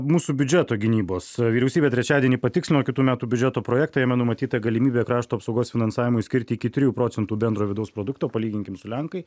mūsų biudžeto gynybos vyriausybė trečiadienį patikslino kitų metų biudžeto projektą jame numatyta galimybė krašto apsaugos finansavimui skirti iki trijų procentų bendro vidaus produkto palyginkim su lenkai